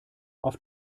auf